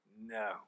No